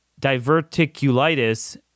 diverticulitis